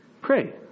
pray